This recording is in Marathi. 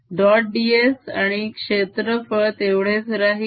ds आणि क्षेत्रफळ तेवढेच राहील